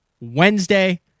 Wednesday